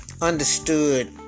understood